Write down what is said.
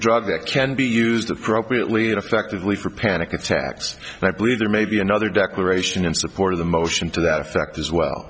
drug that can be used appropriately effectively for panic attacks and i believe there may be another declaration in support of the motion to that effect as well